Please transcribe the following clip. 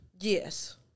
Yes